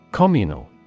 Communal